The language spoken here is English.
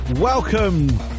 Welcome